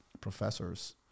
professors